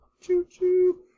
Choo-choo